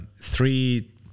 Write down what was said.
three